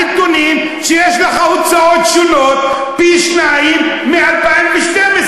הנתונים שיש לך "הוצאות שונות" פי-שניים מ-2012.